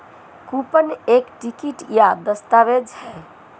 coupon एक ticket या दस्तावेज़ है